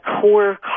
core